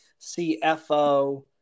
CFO